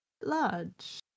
Large